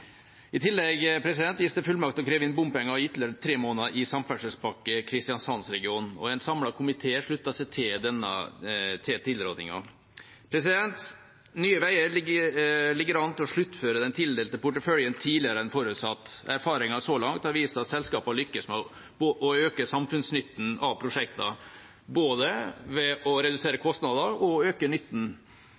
I tillegg gis det fullmakt til å kreve inn bompenger i ytterligere tre måneder i samferdselspakke for Kristiansandsregionen. En samlet komité slutter seg til tilrådingen. Nye veier ligger an til å sluttføre den tildelte porteføljen tidligere enn forutsatt. Erfaringer så langt har vist at selskapet har lykkes med å øke samfunnsnytten av prosjektene, både ved å redusere kostnader og å øke nytten.